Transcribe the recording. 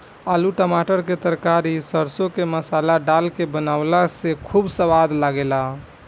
आलू टमाटर के तरकारी सरसों के मसाला डाल के बनावे से खूब सवाद लागेला